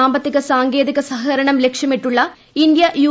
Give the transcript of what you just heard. സാമ്പത്തിക സാങ്കേതിക സഹകരണം ലക്ഷ്യമിട്ടുള്ള ഇന്തൃ യു